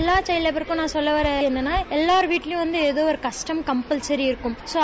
எல்லா சைல்டு வேபருக்கும் நாள் சொல்ல வர்றது என்னாள்னா எல்லா வீட்வயும் எதோ ஒரு கஷ்டம் கம்பல்சரி இருக்கும் ளோ